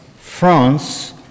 France